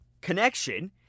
connection